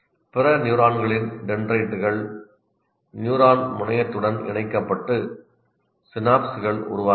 பிற நியூரான்களின் டென்ட்ரைட்டுகள் நியூரான் முனையத்துடன் இணைக்கப்பட்டு சினாப்ஸ்கள் உருவாகின்றன